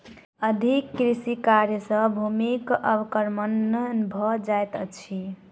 अधिक कृषि कार्य सॅ भूमिक अवक्रमण भ जाइत अछि